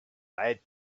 made